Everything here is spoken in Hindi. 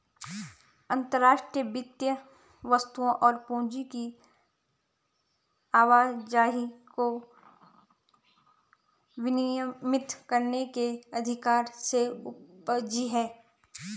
अंतर्राष्ट्रीय वित्त वस्तुओं और पूंजी की आवाजाही को विनियमित करने के अधिकार से उपजी हैं